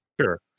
Sure